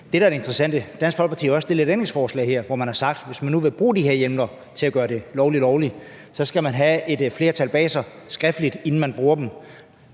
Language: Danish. Dansk Folkeparti har også stillet et ændringsforslag om, at hvis man nu vil bruge de her hjemler til at gøre det ulovlige lovligt, skal man skriftligt have et flertal bag sig, inden man bruger dem.